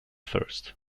first